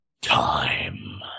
Time